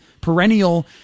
perennial